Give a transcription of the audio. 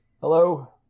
hello